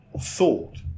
thought